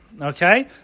okay